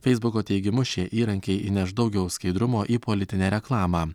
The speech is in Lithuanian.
feisbuko teigimu šie įrankiai įneš daugiau skaidrumo į politinę reklamą